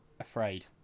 afraid